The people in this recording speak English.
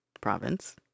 province